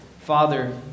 Father